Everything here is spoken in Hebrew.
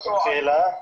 שהתחילה,